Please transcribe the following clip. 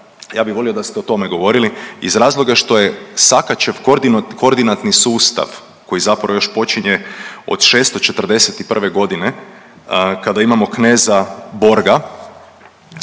Ja bi volio da ste o tome govorili iz razloga što je Sakačev koordinatni sustav koji zapravo još počinje od 641. godine, kada imamo kneza Borga.